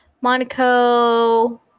Monaco